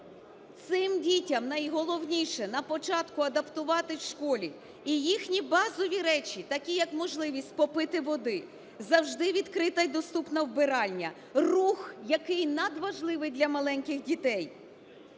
Цим дітям найголовніше на початку адаптуватися в школі, і їхні базові речі, такі, як можливість попити води, завжди відкрита і доступна вбиральня, рух, який надважливий для маленьких дітей,